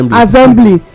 assembly